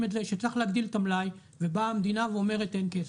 את זה שצריך להגדיל את המלאי ובאה המדינה ואומרת אין כסף,